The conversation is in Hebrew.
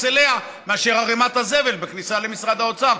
אליה מאשר ערמת הזבל בכניסה למשרד האוצר.